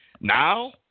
Now